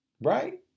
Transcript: Right